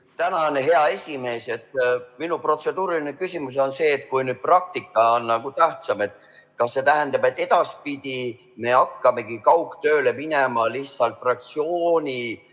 hea esimees! Minu protseduuriline küsimus on see, et kui nüüd praktika on nagu tähtsam, siis kas see tähendab, et edaspidi me hakkamegi kaugtööle minema lihtsalt fraktsiooni